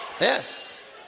Yes